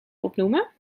opnoemen